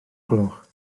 gloch